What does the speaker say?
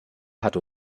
hat